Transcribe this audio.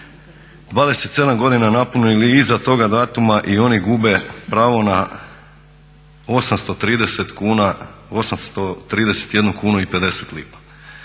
27 godina napunili iza toga datuma i oni gube pravo na 830 kuna, 831,50 kuna.